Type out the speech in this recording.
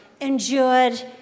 endured